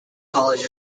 college